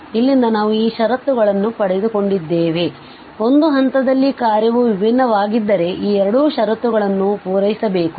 ಆದ್ದರಿಂದ ಇಲ್ಲಿಂದ ನಾವು ಈ ಷರತ್ತುಗಳನ್ನು ಪಡೆದುಕೊಂಡಿದ್ದೇವೆ ಒಂದು ಹಂತದಲ್ಲಿ ಕಾರ್ಯವು ವಿಭಿನ್ನವಾಗಿದ್ದರೆ ಈ 2 ಷರತ್ತುಗಳನ್ನು ಪೂರೈಸಬೇಕು